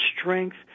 strength